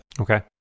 okay